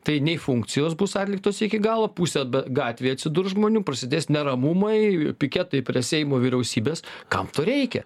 tai nei funkcijos bus atliktos iki galo pusė gatvėj atsidurs žmonių prasidės neramumai piketai prie seimo vyriausybės kam to reikia